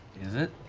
is it?